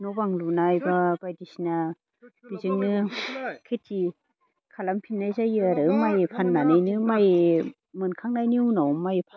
न' बां लुनाय बा बायदिसिना बिजोंनो खेथि खालामफिन्नाय जायो आरो माइनि फान्नानैनो माइ मोनखांनायनि उनाव माइ